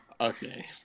Okay